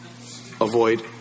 avoid